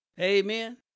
amen